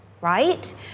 right